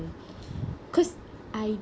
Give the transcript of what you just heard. cause I